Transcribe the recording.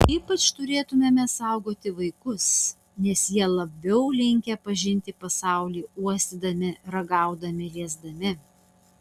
ypač turėtumėme saugoti vaikus nes jie labiau linkę pažinti pasaulį uostydami ragaudami liesdami